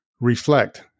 Reflect